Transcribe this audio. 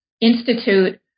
Institute